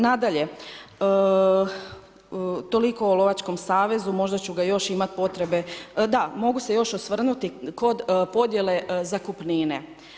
Nadalje, toliko o lovačkom savezu, možda ču ga još imati potrebe, da, mogu se još osvrnuti kod podjele zakupnine.